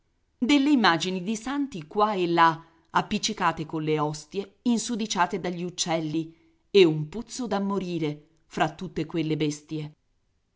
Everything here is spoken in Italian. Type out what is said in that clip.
delle immagini di santi qua e là appiccicate colle ostie insudiciate dagli uccelli e un puzzo da morire fra tutte quelle bestie